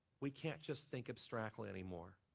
we can't just think abstractly anymore.